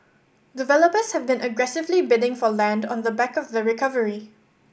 developers have been aggressively bidding for land on the back of the recovery